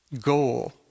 goal